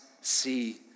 see